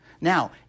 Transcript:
Now